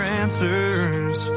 answers